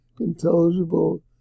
intelligible